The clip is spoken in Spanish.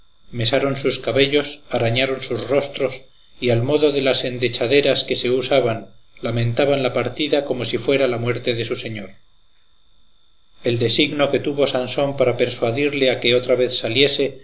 cuento mesaron sus cabellos arañaron sus rostros y al modo de las endechaderas que se usaban lamentaban la partida como si fuera la muerte de su señor el designo que tuvo sansón para persuadirle a que otra vez saliese